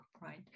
right